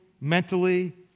mentally